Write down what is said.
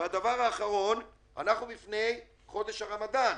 ודבר אחרון, אנחנו לפני חודש הרמדאן.